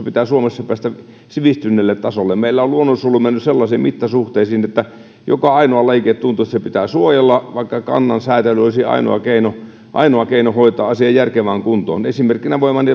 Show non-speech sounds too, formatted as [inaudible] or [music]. [unintelligible] pitää suomessa päästä sivistyneelle tasolle meillä on luonnonsuojelu mennyt sellaisiin mittasuhteisiin että tuntuu että joka ainoa lajike pitää suojella vaikka kannan sääntely olisi ainoa keino ainoa keino hoitaa asia järkevään kuntoon esimerkkinä voin